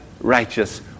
righteous